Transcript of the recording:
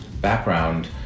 background